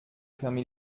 fermer